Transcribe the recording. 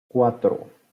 cuatro